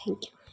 thank you